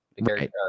Right